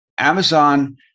Amazon